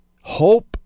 hope